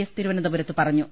S തിരുവ നന്തപുരത്ത് പറഞ്ഞു